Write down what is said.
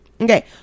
Okay